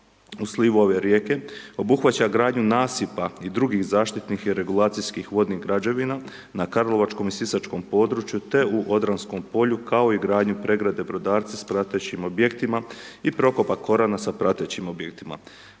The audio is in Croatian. u slivu ove rijeke obuhvaća gradnju nasipa i drugih zaštitnih i regulacijskih vodnih građevina na karlovačkom i sisačkom području te u Odranskom polju kao i gradnju pregrade Brodarci s pratećim objektima i prokopa Korana sa pratećim objektima.